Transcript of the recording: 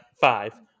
five